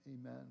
amen